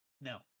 No